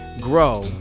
Grow